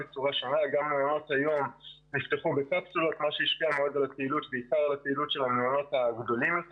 מעונות היום נפתחו בקפסולות וזה השפיע על הפעילות של המעונות הגדולים.